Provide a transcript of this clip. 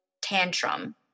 tantrum